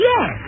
Yes